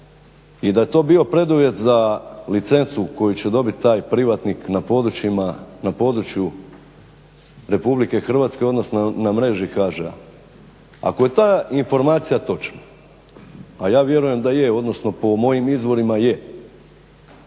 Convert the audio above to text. i da je to bio preduvjet za licencu koju će dobiti taj privatnik na području RH odnosno na mreži HŽ-a. Ako je ta informacija točna ja vjerujem da je odnosno po mojim izvorima je,